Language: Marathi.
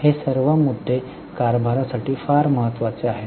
हे सर्व मुद्दे कारभारासाठी फार महत्वाचे आहेत